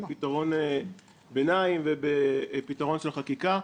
של פתרון ביניים ופתרון של חקיקה.